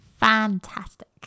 Fantastic